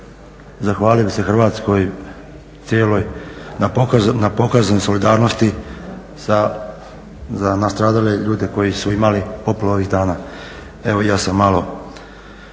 zahvalio bih se Hrvatskoj cijeloj na pokazanoj solidarnosti za nastradale ljude koji su imali poplavu ovih dana. Evo i ja sam malo